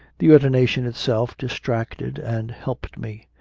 the ordination itself distracted and helped me.